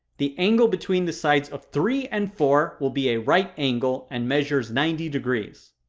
the angle between the sides of three and four will be a right angle and measures ninety degrees.